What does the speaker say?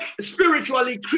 spiritually